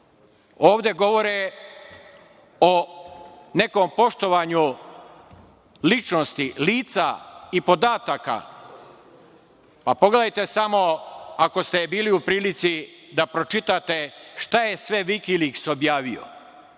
Ovde govore o nekom poštovanju ličnosti lica i podataka. Pogledajte samo ako ste bili u prilici da pročitate šta je sve Vikiliks objavio.